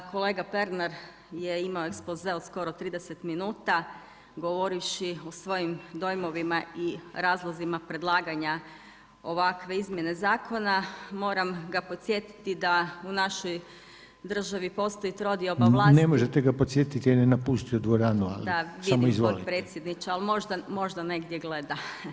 Kolega Pernar je imao ekspoze od skoro 30 minuta govorivši o svojim dojmovima i razlozima predlaganja ovakve izmjene zakona. moram ga podsjetiti da u našoj državi postoji trodioba vlasti [[Upadica Reiner: Ne možete ga podsjetiti jer je napustio dvoranu, ali samo izvolite.]] da vidim potpredsjedniče, ali može negdje gleda.